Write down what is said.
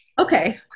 Okay